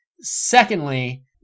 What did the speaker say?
secondly